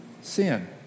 sin